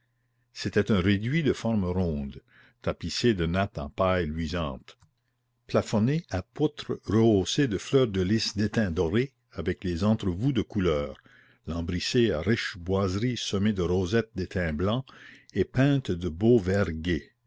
c'était un réduit de forme ronde tapissé de nattes en paille luisante plafonné à poutres rehaussées de fleurs de lys d'étain doré avec les entrevous de couleur lambrissé à riches boiseries semées de rosettes d'étain blanc et peintes de beau